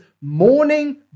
morning